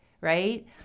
Right